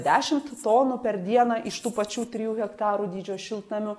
dešimt tonų per dieną iš tų pačių trijų hektarų dydžio šiltnamių